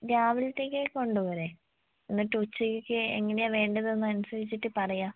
രാവിലത്തേക്ക് കൊണ്ട് പോരെ എന്നിട്ട് ഉച്ചക്ക് എങ്ങനെയാ വേണ്ടതന്ന് അനുസരിച്ചിട്ട് പറയാം